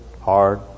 hard